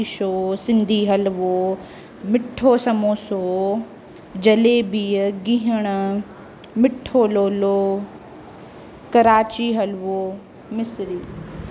खाॼनि जी मिठाई रसगुल्लो पतीशो सिंधी हलवो मिठो समोसो जलेबी गिहर मीठो लोलो करांची हलवो मिस्री